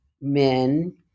men